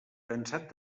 cansat